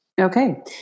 Okay